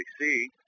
see